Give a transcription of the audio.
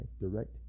direct